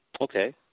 Okay